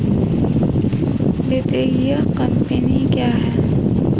वित्तीय कम्पनी क्या है?